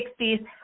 60s